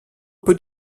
peut